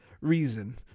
reason